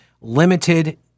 limited